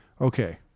okay